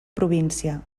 província